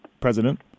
president